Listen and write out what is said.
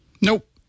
Nope